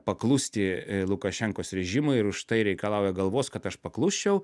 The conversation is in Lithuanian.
paklusti lukašenkos režimui ir už tai reikalauja galvos kad aš paklusčiau